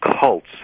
cults